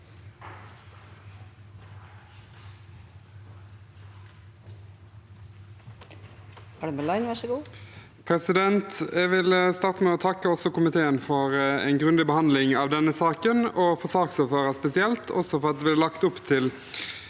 Jeg vil starte med å takke komiteen for en grundig behandling av denne saken, saksordføreren spesielt, og også for at det ble lagt opp til